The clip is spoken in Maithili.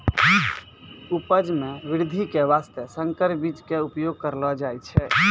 उपज मॅ वृद्धि के वास्तॅ संकर बीज के उपयोग करलो जाय छै